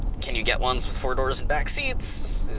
can you get one with four doors and back seats?